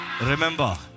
Remember